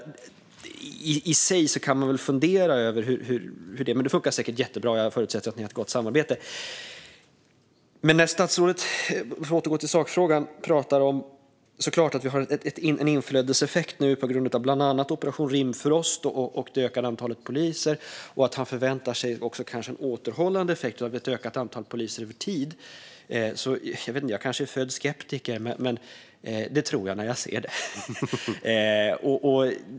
Man kan väl fundera över det, men det funkar säkert jättebra. Jag förutsätter att ni har ett gott samarbete. För att återgå till sakfrågan: Statsrådet pratar om att vi nu såklart har en inflödeseffekt på grund av bland annat Operation Rimfrost och det ökade antalet poliser. Han förväntar sig över tid en återhållande effekt av ett ökat antal poliser. Jag kanske är född skeptiker, men jag tror det när jag ser det.